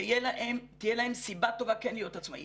שתהיה להם סיבה טובה כן להיות עצמאיים